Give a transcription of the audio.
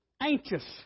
anxious